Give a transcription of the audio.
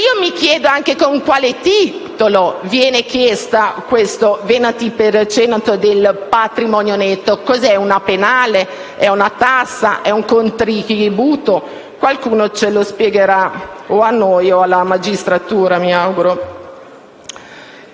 Mi chiedo peraltro con quale titolo venga chiesto questo 20 per cento del patrimonio netto. Cos'è? Una penale, una tassa, un contributo? Qualcuno ce lo spiegherà, a noi o alla magistratura, mi auguro.